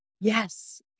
yes